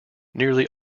nearly